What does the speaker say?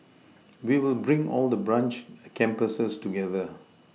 we will bring all the branch campuses together